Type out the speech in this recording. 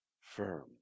firm